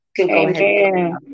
Amen